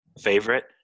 favorite